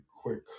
quick